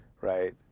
right